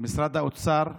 משרד האוצר.